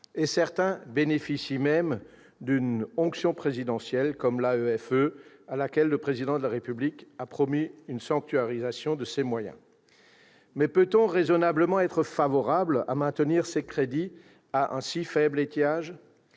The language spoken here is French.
Certains jouissent même d'une onction présidentielle, comme l'AEFE, à laquelle le Président de la République a promis une sanctuarisation de ses moyens. Mais peut-on raisonnablement être favorable à la perspective de maintenir ces crédits à un si faible étiage ?